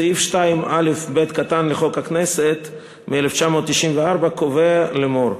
סעיף 2א(ב) לחוק הכנסת מ-1994 קובע לאמור: